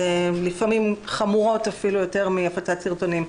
לפעמים חמורות יותר מהפצת סרטונים.